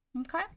Okay